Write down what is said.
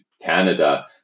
Canada